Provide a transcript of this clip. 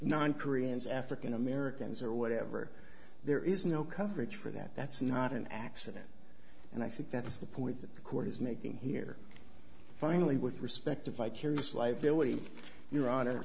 non koreans african americans or whatever there is no coverage for that that's not an accident and i think that's the point that the court is making here finally with respect to vicarious liability your honor